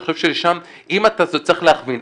אני חושב שלשם אם אתה --- אז צריך להכווין.